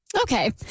Okay